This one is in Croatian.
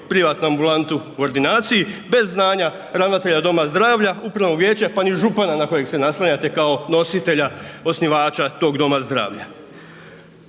privatnu ambulantu u ordinaciji bez znanja ravnatelja doma zdravlja, upravnog vijeća pa ni župana na kojeg se naslanjate kao nositelja, osnivača tog doma zdravlja.